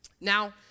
Now